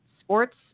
sports